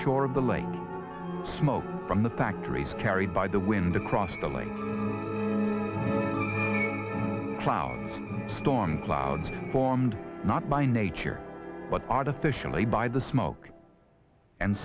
shore of the lake smoke from the factories carried by the wind across the lake cloud a storm cloud formed not by nature but artificially by the smoke and